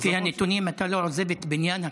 לפי הנתונים, אתה לא עוזב את בניין הכנסת,